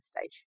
stage